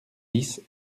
dix